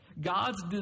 God's